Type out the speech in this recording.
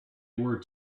were